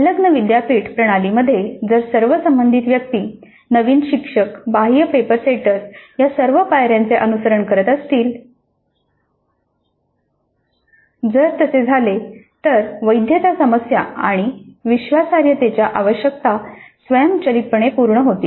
संलग्न विद्यापीठ प्रणालीमध्ये जर सर्व संबंधित व्यक्ती नवीन शिक्षक बाह्य पेपर सेटर्स या सर्व पायर्यांचे अनुसरण करत असतील जर तसे झाले तर वैधता समस्या आणि विश्वासार्हतेच्या आवश्यकता स्वयंचलितपणे पूर्ण होतात